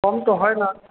কম তো হয় না